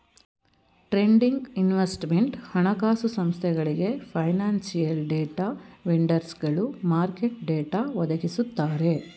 trading, investment, ಹಣಕಾಸು ಸಂಸ್ಥೆಗಳಿಗೆ, financial data ವೆಂಡರ್ಸ್ಗಳು ಮಾರ್ಕೆಟ್ ಡಾಟಾ ಒದಗಿಸುತ್ತಾರೆ